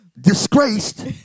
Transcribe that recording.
disgraced